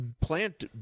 plant